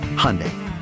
Hyundai